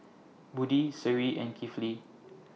Budi Seri and Kifli